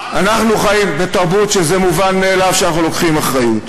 אנחנו חיים בתרבות שזה מובן מאליו שאנחנו לוקחים אחריות.